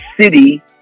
city